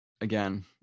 again